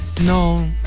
No